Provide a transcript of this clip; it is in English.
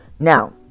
now